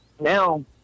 now